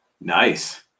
Nice